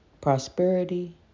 prosperity